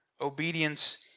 obedience